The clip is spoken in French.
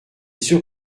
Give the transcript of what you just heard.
sûr